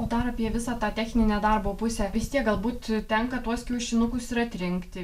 o dar apie visą tą techninę darbo pusę vis tiek galbūt tenka tuos kiaušinukus ir atrinkti